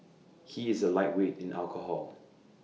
he is A lightweight in alcohol